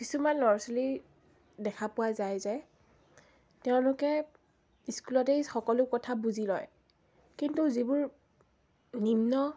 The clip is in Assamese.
কিছুমান ল'ৰা ছোৱালী দেখা পোৱা যায় যে তেওঁলোকে স্কুলতেই সকলো কথা বুজি লয় কিন্তু যিবোৰ নিম্ন